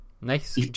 Nice